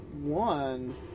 One